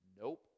nope